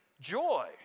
Joy